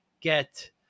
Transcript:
get